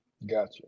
Gotcha